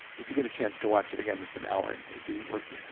if you get a chance to watch it again it's an hour, and it'd be worth,